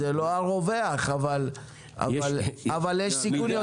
זה לא הרווחת, אבל יש סיכון יורת גבוה.